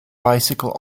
bicycle